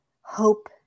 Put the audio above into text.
hope